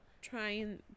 Trying